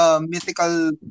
mythical